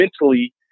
mentally